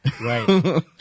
Right